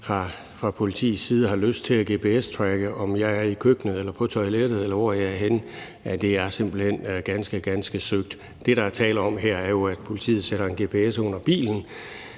fra politiets side har lyst til at gps-tracke, om jeg er i køkkenet eller på toilettet, eller hvor jeg er henne. Det er simpelt hen ganske, ganske søgt. Det, der er tale om her, er jo, at politiet sætter en gps under bilen,